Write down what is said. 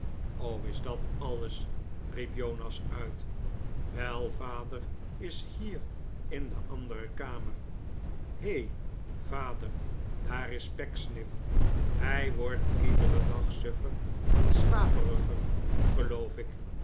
is dat alles riep jonas uit wel vader is hier in de andere kamer hei vader daar is pecksniff hij wordt iederen dag suffer en slaperiger geloof ik